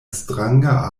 stranga